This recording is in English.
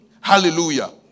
Hallelujah